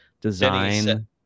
design